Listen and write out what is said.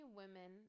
women